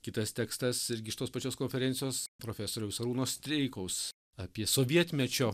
kitas tekstas irgi iš tos pačios konferencijos profesoriaus arūno streikaus apie sovietmečio